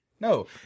no